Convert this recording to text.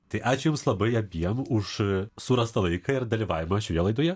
tai ačiū jums labai abiem už surastą laiką ir dalyvavimą šioje laidoje